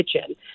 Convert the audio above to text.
kitchen